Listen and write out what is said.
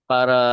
Para